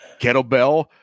kettlebell